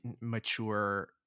mature